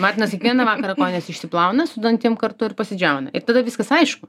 martinas kiekvieną vakarą kojines išsiplauna su dantim kartu ir pasidžiauna ir tada viskas aišku